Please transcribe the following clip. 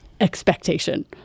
expectation